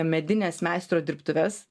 medines meistro dirbtuves